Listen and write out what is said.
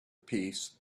peace